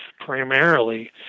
primarily